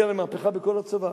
הביאה למהפכה בכל הצבא.